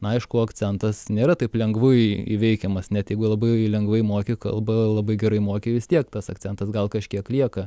na aišku akcentas nėra taip lengvai įveikiamas net jeigu labai lengvai moki kalbą labai gerai moki vis tiek tas akcentas gal kažkiek lieka